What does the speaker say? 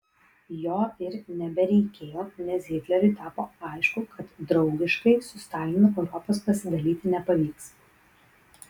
jo ir nebereikėjo nes hitleriui tapo aišku kad draugiškai su stalinu europos pasidalyti nepavyks